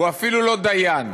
הוא אפילו לא דיין.